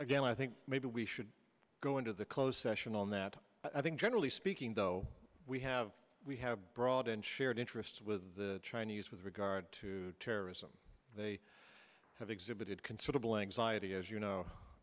again i think maybe we should go into the closed session on that i think generally speaking though we have we have broad and shared interests with the chinese with regard to terrorism they have exhibited considerable anxiety as you know